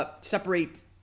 separate